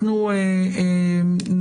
תודה על הצטרפותך.